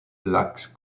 blacks